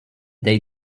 they